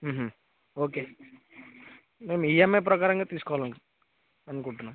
okay మేము EMI ప్రకారంగా తీసుకోవాలి అనుకుంటున్నాము